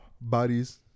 bodies